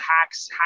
hacks